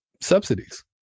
subsidies